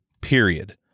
period